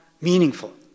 meaningful